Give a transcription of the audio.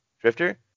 Drifter